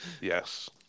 Yes